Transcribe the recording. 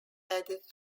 added